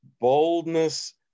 boldness